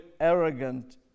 arrogant